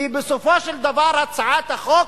כי בסופו של דבר, הצעת החוק